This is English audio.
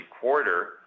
quarter